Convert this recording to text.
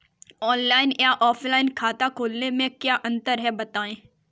Online या offline खाता खोलने में क्या अंतर है बताएँ?